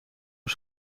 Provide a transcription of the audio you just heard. een